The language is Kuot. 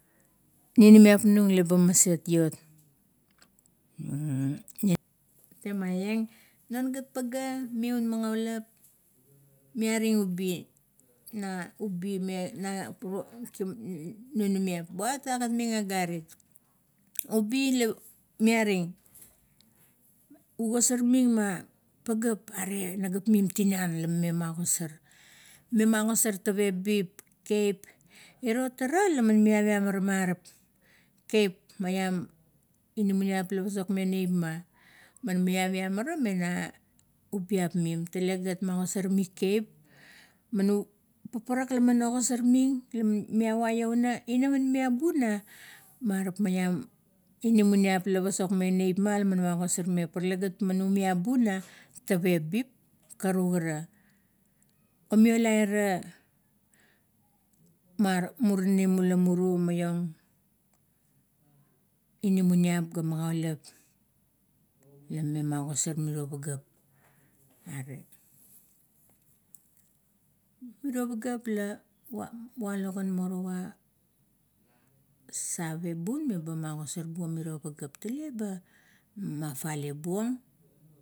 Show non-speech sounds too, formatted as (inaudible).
Ninimiap nung laba maset iot. (hesitation) temaieng non gat pagea viun magaulap miaring ubi, na ubi me (hesitation) ninimiap, buat agat ming agarit. Ubi la miaring, ugosar ming ma pageap are, nagap mim tinan, la mime magosar, mime magosar tavelip, keap, iro tara laman miaviam ara marap kiap maiam inamaniap mila pasokmeng neipma, meviam ara me na ubiap mim, tale gat ma gosarmeng kiap, man u paparak laman ogasor ming, la miava louna, ina man miavu na marap maiam inamanip ila pasok meng la ma gosarmeng pa tale gat uma bu na tavebip, karuk ara. O miolai ra muro murinim ula muru maiong, inamaniap ga magaulap la mi me magosar miro pageap. Are mirio pageap la valogan morowa save bun, meba magosor bung mirio pageap tele ba mafale bung.